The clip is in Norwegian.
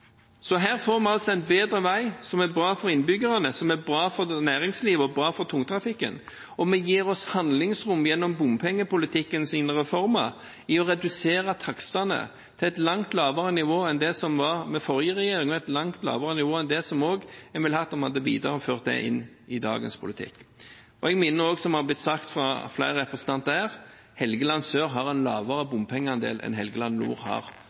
Her får vi altså en bedre vei, som er bra for innbyggerne, som er bra for næringslivet og bra for tungtrafikken, og vi gir oss handlingsrom gjennom bompengepolitikkens reformer i å redusere takstene til et langt lavere nivå enn det som var under forrige regjering, og et langt lavere nivå enn det en ville hatt om en hadde videreført dette i dagens politikk. Jeg minner også om det som har blitt sagt av flere representanter her: Helgeland sør har en lavere bompengeandel enn Helgeland nord,